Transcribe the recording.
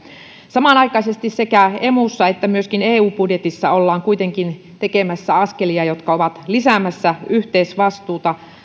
samanaikaisesti sekä emussa että myöskin eu budjetissa ollaan kuitenkin tekemässä askelia jotka ovat lisäämässä yhteisvastuuta